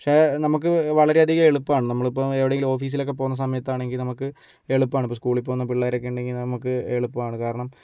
പക്ഷേ നമുക്ക് വളരെയധികം എളുപ്പമാണ് നമ്മളിപ്പം എവിടേങ്കിലും ഓഫീസിലൊക്കെ പോകുന്ന സമയത്ത് നമുക്ക് എളുപ്പമാണ് ഇപ്പം സ്കൂളിൽ പോകുന്ന പിള്ളേരൊക്കെ ഉണ്ടെങ്കിൽ നമുക്ക് എളുപ്പമാണ് കാരണം